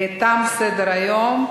סדר-היום.